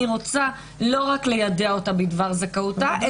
אני רוצה לא רק ליידע אותה בדבר זכאותה,